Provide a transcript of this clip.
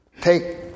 take